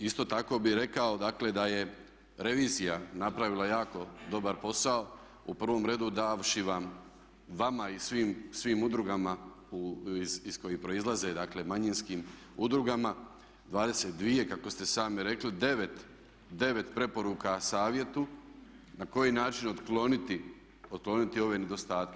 Isto tako bi rekao dakle da je revizija napravila jako dobar posao u prvom redu davši vam vama i svim udrugama iz kojih proizlaze, dakle manjinskim udrugama 22 kako ste sami rekli 9 preporuka savjetu na koji način otkloniti ove nedostatke.